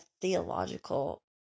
theological